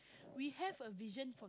we have a vision